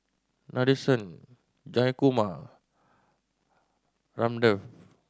Nadesan Jayakumar Ramdev